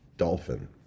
dolphin